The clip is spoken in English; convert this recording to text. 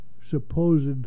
supposed